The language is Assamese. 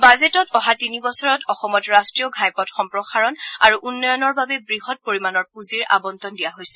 বাজেটত অহা তিনিবছৰত অসমত ৰাষ্ট্ৰীয় ঘাইপথ সম্প্ৰসাৰণ আৰু উন্নয়নৰ বাবে বৃহৎ পৰিমানৰ পুজিৰ আৱণ্টন দিয়া হৈছে